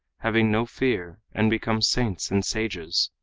having no fear, and become saints and sages.